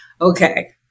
okay